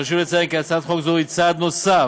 חשוב לציין כי הצעת חוק זו היא צעד נוסף